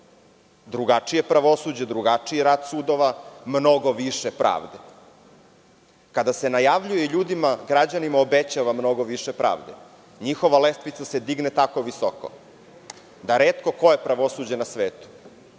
drugačije pravosuđe, drugačiji rat sudova, mnogo više pravde. Kada se najavljuje ljudima i građanima obećava mnogo više pravde, njihova lestvica se digne tako visoko da retko koje pravosuđe na svetu,